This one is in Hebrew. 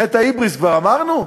חטא ההיבריס כבר אמרנו?